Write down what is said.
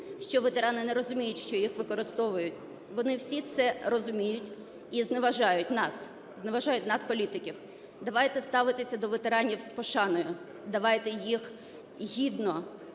що ветерани не розуміють, що їх використовують, вони всі це розуміють і зневажають нас, зневажають нас – політиків. Давайте ставитися до ветеранів з пошаною, давайте їх гідно